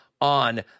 on